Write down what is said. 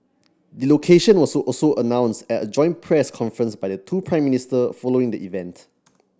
the location was also announced at a joint press conference by the two Prime Minister following the event